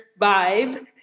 vibe